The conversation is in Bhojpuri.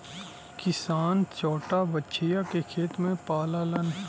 किसान छोटा बछिया के खेत में पाललन